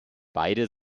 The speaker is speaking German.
beide